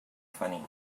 funny